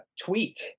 tweet